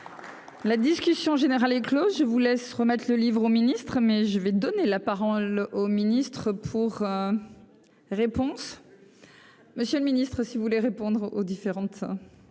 La discussion générale est Close, je vous laisse remettre le livre au Ministre mais je vais donner la. Par le au ministre pour réponse Monsieur le Ministre, si vous voulez répondre aux différentes